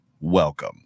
welcome